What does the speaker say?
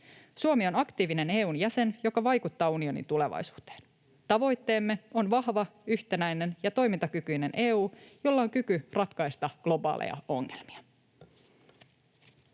Suomi on aktiivinen EU:n jäsen, joka vaikuttaa unionin tulevaisuuteen. Tavoitteemme on vahva, yhtenäinen ja toimintakykyinen EU, jolla on kyky ratkaista globaaleja ongelmia.